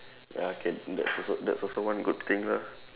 ya can that also that's also one good thing lah